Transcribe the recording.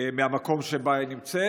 מהמקום שבו היא נמצאת.